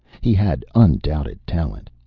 he had undoubted talent.